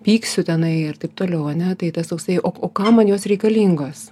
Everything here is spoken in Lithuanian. pyksiu tenai ir taip toliau ane tai tas toksai o o kam man jos reikalingos